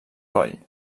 coll